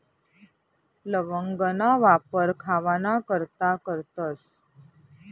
लवंगना वापर खावाना करता करतस